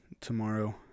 tomorrow